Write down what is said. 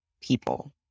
people